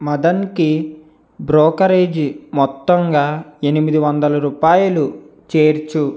మదన్కి brokerage మొత్తంగా ఎనిమిది వందల రూపాయలు చేర్చు